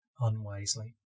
unwisely